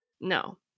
No